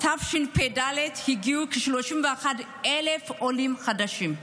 תשפ"ד הגיעו כ-31,000 עולים חדשים.